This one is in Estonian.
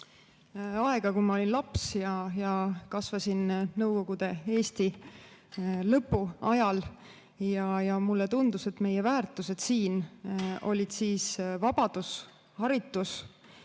aega, kui ma olin laps. Kasvasin Nõukogude Eesti lõpu ajal ja mulle tundus, et meie väärtused olid siis vabadus ja haritus.